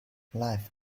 life